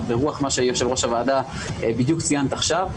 וזה ברוח מה שיושבת-ראש הוועדה ציינת עכשיו,